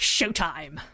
Showtime